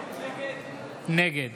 נגד